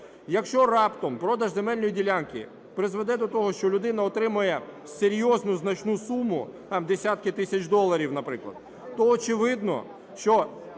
Якщо раптом продаж земельної ділянки призведе до того, що людина отримає серйозну, значну суму в десятки тисяч доларів, наприклад, то